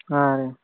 ಹಾಂ ರೀ